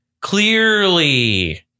clearly